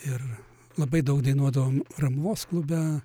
ir labai daug dainuodavom ramuvos klube